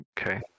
okay